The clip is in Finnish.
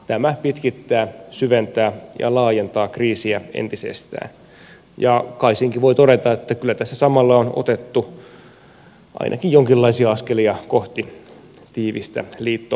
tämä pitkittää syventää ja laajentaa kriisiä entisestään ja kai senkin voi todeta että kyllä tässä samalla on otettu ainakin jonkinlaisia askelia kohti tiivistä liittovaltiota